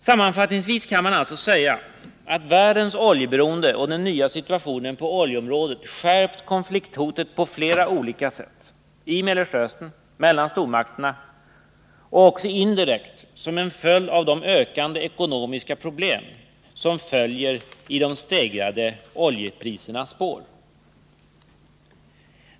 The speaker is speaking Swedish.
Sammanfattningsvis kan man alltså säga att världens oljeberoende och den nya situationen på oljeområdet skärpt konflikthotet på flera olika sätt: i Mellersta Östern, mellan stormakterna och också indirekt som en konsekvens av de ökande ekonomiska problem som följer i de stegrade oljeprisernas spår.